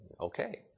okay